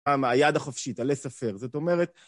המה, היד החופשית, ה laissez faire, זאת אומרת...